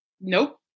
Nope